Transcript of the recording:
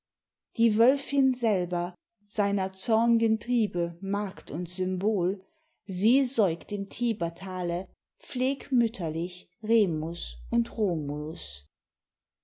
die wölfin selber seiner zorn'gen triebe magd und symbol sie säugt im tiberthale pflegmütterlich remus und romulus